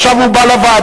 עכשיו הוא בא לוועדה,